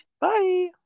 Bye